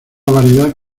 variedad